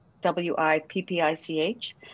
w-i-p-p-i-c-h